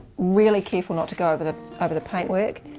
really careful not to go over the, over the paint work.